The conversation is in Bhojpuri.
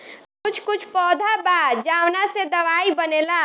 कुछ कुछ पौधा बा जावना से दवाई बनेला